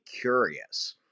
curious